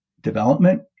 development